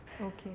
Okay